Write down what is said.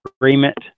agreement